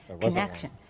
connection